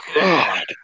god